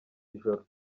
ijoro